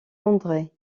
andré